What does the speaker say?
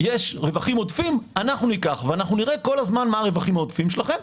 יש רווחים עודפים - אנחנו ניקח ונראה כל הזמן מה הרווחים העודפים שלכם,